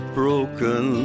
broken